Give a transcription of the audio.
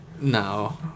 No